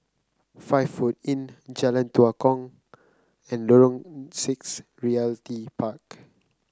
Five Foot Inn Jalan Tua Kong and Lorong Six Realty Park